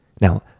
Now